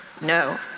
no